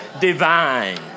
divine